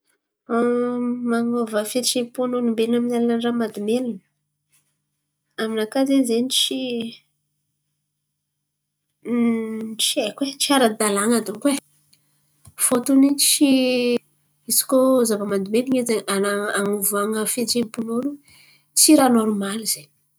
Manôva fihetseham-pon'olombelona amy ny alalany raha mahadomelona. Aminakà izen̈y izen̈y tsy tsy haiko e, tsy ara-dalana dônko e. Fôtiny tsy izy koa zava-mahadomelina izen̈y, an̈a an̈avoana fihetseham-pon'olo tsy raha nôrimaly izen̈y.